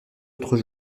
autres